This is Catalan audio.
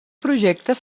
projectes